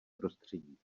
prostředí